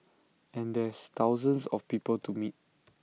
and there's thousands of people to meet